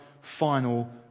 final